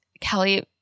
Kelly